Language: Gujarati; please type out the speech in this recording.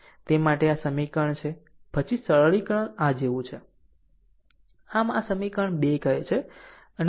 તે માટે આમ આ સમીકરણ છે પછી સરળીકરણ આ જેવું છે આમ આ સમીકરણ 2 કહે છે